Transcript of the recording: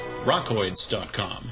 rockoids.com